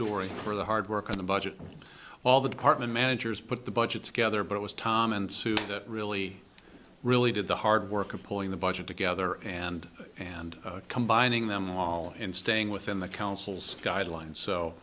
doris for the hard work on the budget all the department managers put the budget together but it was tom and sue that really really did the hard work of pulling the budget together and and combining them all in staying within the council's guidelines so